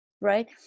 right